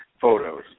photos